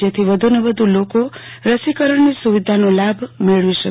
જેથી વધુને વધુ લોકો રસીકરણની સુવિધાનો લાભ મેળવો શકે